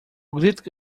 grito